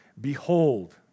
Behold